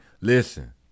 listen